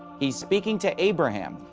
he is speaking to abraham.